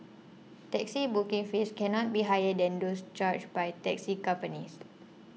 taxi booking fees cannot be higher than those charged by taxi companies